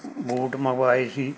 boot ਮੰਗਵਾਏ ਸੀ